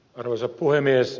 arvoisa puhemies